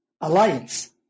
alliance